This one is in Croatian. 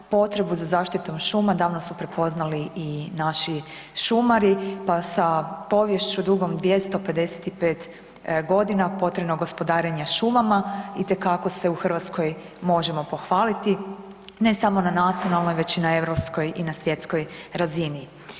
Potrebu za zaštitom šuma davno su prepoznali i naši šumari, pa sa poviješću dugom 255.g. potrebno gospodarenje šumama itekako se u Hrvatskoj možemo pohvaliti ne samo na nacionalnoj već i na europskoj i na svjetskoj razini.